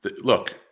look